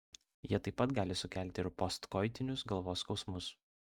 jie taip pat gali sukelti ir postkoitinius galvos skausmus